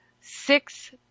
six